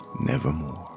nevermore